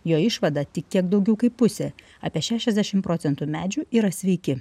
jo išvada tik kiek daugiau kaip pusė apie šešiasdešim procentų medžių yra sveiki